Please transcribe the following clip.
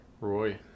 Roy